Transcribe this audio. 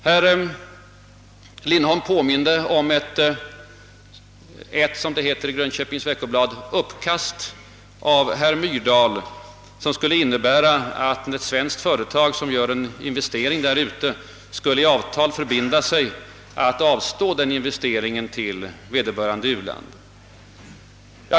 Herr Lindholm påminde om ett som det heter i Grönköpings Veckoblad »uppkast» av herr Myrdal som skulle innebära att svenska företag som gör investeringar därute skulle i avtal förbinda sig att överlåta objektet till vederbörande u-land.